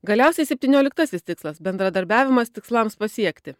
galiausiai septynioliktasis tikslas bendradarbiavimas tikslams pasiekti